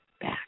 back